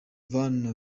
vyama